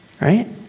right